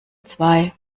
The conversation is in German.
zwei